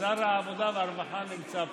שר העבודה והרווחה נמצא פה.